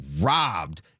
robbed